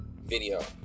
video